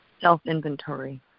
self-inventory